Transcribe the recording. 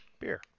beer